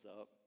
up